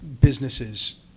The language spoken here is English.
businesses